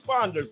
responders